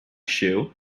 shoe